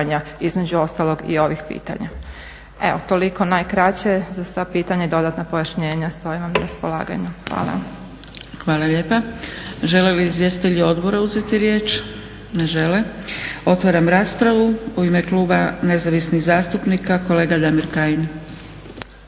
između ostalog i ovih pitanja. Evo, toliko, najkraće. Za sva pitanje i dodatna pojašnjenja stojim vam na raspolaganju. Hvala. **Zgrebec, Dragica (SDP)** Hvala lijepa. Žele li izvjestitelji odbora uzeti riječ? Ne žele. Otvaram raspravu. U ime kluba Nezavisnih zastupnika kolega Damir Kajin.